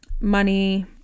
money